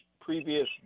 previous